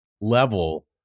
level